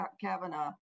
Kavanaugh